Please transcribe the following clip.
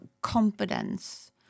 competence